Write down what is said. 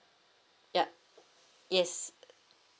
ya yes